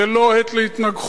זו לא עת להתנגחויות.